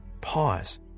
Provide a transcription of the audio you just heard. pause